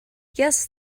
yes